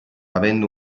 avendo